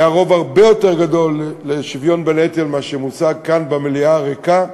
יהיה לשוויון בנטל רוב הרבה יותר גדול ממה שמוצג כאן במליאה הריקה,